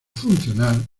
funcionar